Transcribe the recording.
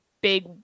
big